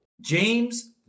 James